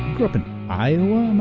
grew up in iowa? am